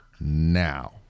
now